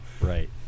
Right